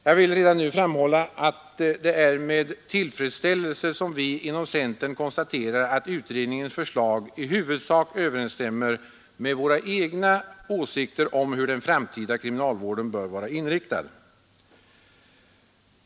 Jag vill redan nu framhålla att det är med tillfredsställelse som vi inom centern konstaterar att utredningens förslag i huvudsak överensstämmer med våra egna åsikter om hur den framtida kriminalvården bör vara inriktad.